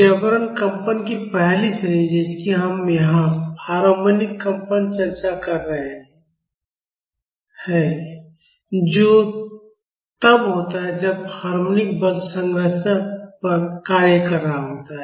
जबरन कंपन की पहली श्रेणी जिसकी हम यहां हार्मोनिक कंपन चर्चा कर रहे हैं जो तब होता है जब हार्मोनिक बल संरचना पर कार्य कर रहा होता है